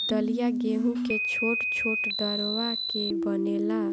दलिया गेंहू के छोट छोट दरवा के बनेला